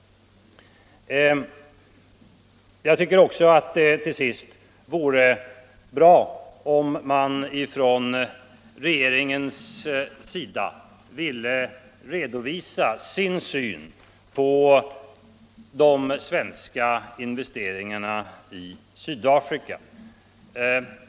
Jag tycker också att det till sist vore bra om regeringen ville redovisa sin syn på de svenska investeringarna i Sydafrika.